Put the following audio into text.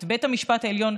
את בית המשפט העליון,